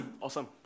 Awesome